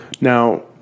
Now